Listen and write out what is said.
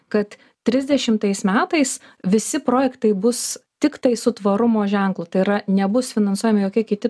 kad trisdešimtais metais visi projektai bus tiktai su tvarumo ženklu tai yra nebus finansuojami jokie kiti